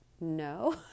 No